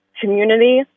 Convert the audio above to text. community